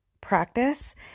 practice